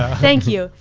thank you